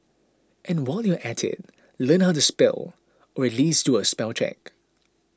and while you're at it learn how to spell or at least do a spell check